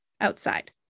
outside